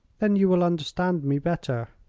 then you will understand me better.